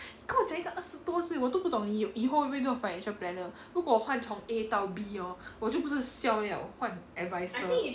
你跟我讲一个二十多岁我都不懂你有以后会不会做 financial planner 如果我换从 a 到 B hor 我就不是 siao liao 换 adviser